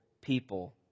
people